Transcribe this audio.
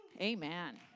amen